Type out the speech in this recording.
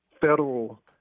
federal